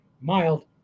mild